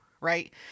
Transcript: right